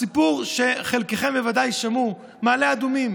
הסיפור שחלקכם בוודאי שמעו, מעלה אדומים,